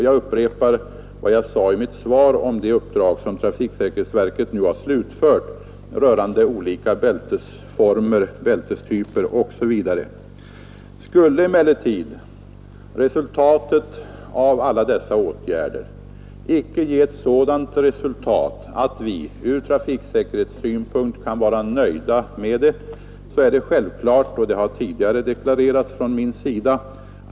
Jag upprepar vad jag sade i mitt svar om det uppdrag som trafiksäkerhetsverket nu har slutfört rörande olika bältesformer, bältestyper osv. Skulle emellertid resultatet av alla dessa åtgärder icke visa sig vara sådant att vi från trafiksäkerhetssynpunkt kan vara nöjda, är det självklart att lagstiftning i denna fråga aktualiseras.